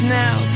now